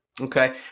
Okay